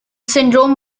syndrome